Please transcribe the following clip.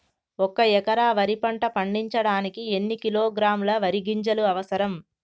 ఒక్క ఎకరా వరి పంట పండించడానికి ఎన్ని కిలోగ్రాముల వరి గింజలు అవసరం?